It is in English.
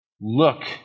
look